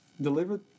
delivered